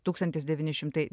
tūkstantis devyni šimtai